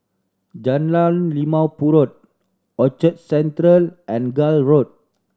Jalan Limau Purut Orchard Central and Gul Road